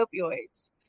opioids